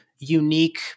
unique